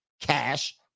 cash